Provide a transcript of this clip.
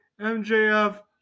MJF